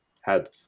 help